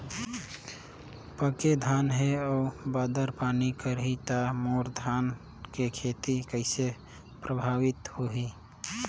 पके धान हे अउ बादर पानी करही त मोर धान के खेती कइसे प्रभावित होही?